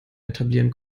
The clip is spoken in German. etablieren